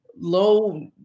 low